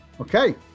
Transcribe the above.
Okay